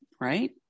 right